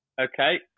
Okay